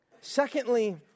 Secondly